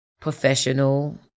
professional